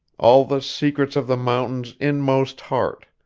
all the secrets of the mountain's inmost heart,